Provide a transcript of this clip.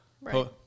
Right